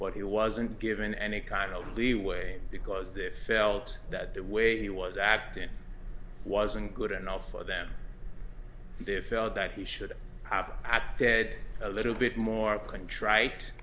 but he wasn't given any kind of leeway because they felt that the way he was acting wasn't good enough for them they felt that he should have at ted a little bit more contrite